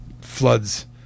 floods